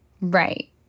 Right